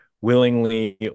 willingly